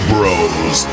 Bros